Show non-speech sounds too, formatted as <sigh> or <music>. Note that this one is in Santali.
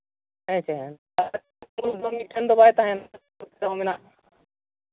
ᱦᱮᱸ ᱥᱮ ᱟᱨ <unintelligible> ᱢᱤᱫᱴᱮᱱ ᱫᱚ ᱵᱟᱭ ᱛᱟᱦᱮᱱᱟ ᱢᱮᱱᱟᱜᱼᱟ